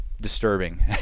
disturbing